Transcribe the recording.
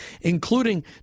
including